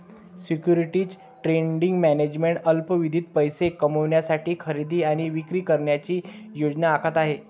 securities trading management अल्पावधीत पैसे कमविण्यासाठी खरेदी आणि विक्री करण्याची योजना आखत आहे